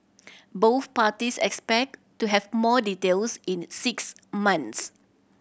both parties expect to have more details in six months